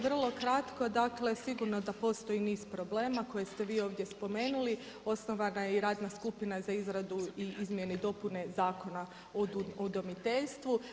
Vrlo kratko, dakle sigurno da postoji niz problema koje ste vi ovdje spomenuli, osnovana je i radna skupina za izradu i Izmjene i dopune Zakona o udomiteljstvu.